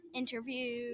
interview